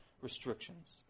restrictions